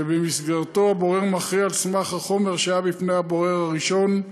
שבמסגרתו הבורר מכריע על סמך החומר שהיה בפני הבורר הראשון,